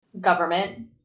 Government